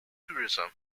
tourism